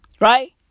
right